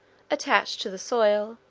attached to the soil,